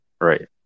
right